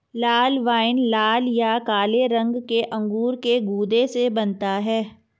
लाल wine लाल या काले रंग के अंगूर के गूदे से बनता है